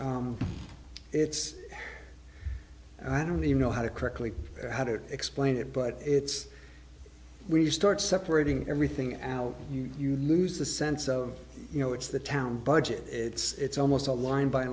it's i don't even know how to correctly how to explain it but it's we start separating everything out you lose the sense of you know it's the town budget it's almost a line by